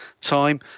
time